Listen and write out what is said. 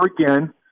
again